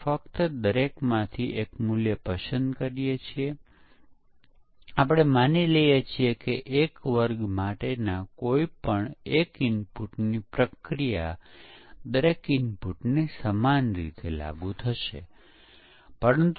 તેથી વેરિફિકેશનમાં આપણે ચકાસીએ છીએ કે આપણે તેને યોગ્ય રીતે વિકસાવી રહ્યા છીએ અથવા ઉત્પાદન યોગ્ય રીતે વિકસિત થઈ રહ્યું છે